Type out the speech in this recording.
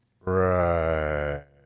Right